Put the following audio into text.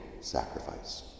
sacrifice